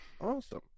Awesome